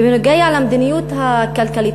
ובנוגע למדיניות הכלכלית,